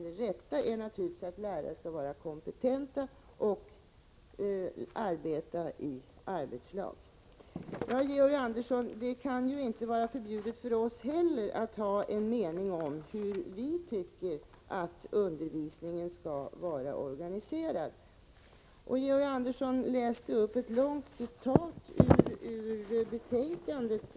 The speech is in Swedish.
Det rätta är naturligtvis att lärarna skall vara kompetenta och arbeta i arbetslag. Det kan inte vara förbjudet för oss heller, Georg Andersson, att ha en mening om hur undervisningen skall vara organiserad. Georg Andersson läste upp ett långt citat ur betänkandet.